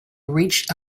reached